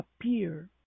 appear